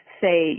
say